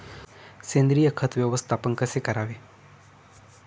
सेंद्रिय खत व्यवस्थापन कसे करावे?